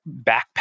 backpack